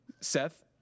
Seth